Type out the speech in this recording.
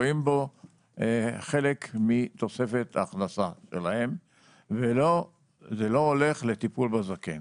רואים בו חלק מתוספת ההכנסה שלהם וזה לא הולך לטיפול בזקן.